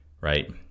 right